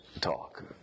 talk